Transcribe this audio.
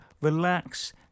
relax